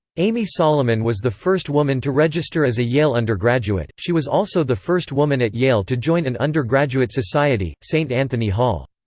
amy solomon was the first woman to register as a yale undergraduate she was also the first woman at yale to join an undergraduate society, st. anthony hall.